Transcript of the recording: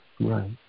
right